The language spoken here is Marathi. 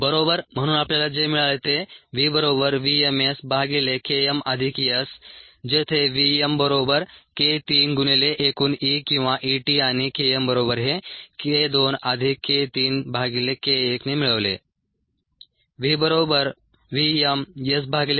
बरोबर म्हणून आपल्याला जे मिळाले ते v बरोबर v m S भागिले K m अधिक S जेथे v m बरोबर k 3 गुणिले एकूण E किंवा E t आणि K m बरोबर हे k 2 अधिक k 3 भागिले k 1 ने मिळवले